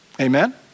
Amen